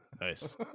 Nice